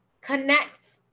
connect